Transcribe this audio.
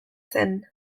zen